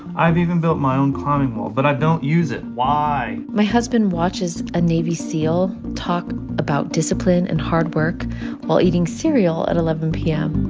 i've even built my own climbing wall, but i don't use it. why? my husband watches a navy seal talk about discipline and hard work while eating cereal at eleven p m